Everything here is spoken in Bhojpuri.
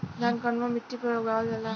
धान कवना मिट्टी पर उगावल जाला?